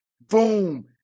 Boom